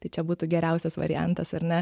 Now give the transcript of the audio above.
tai čia būtų geriausias variantas ar ne